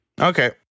Okay